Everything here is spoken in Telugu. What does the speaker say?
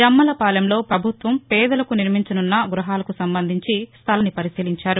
జమ్మలపాలెంలో పభుత్వం పేదలకు నిర్మించనున్న గృహాలకు సంబంధించి స్థలాన్ని పరిశీలించారు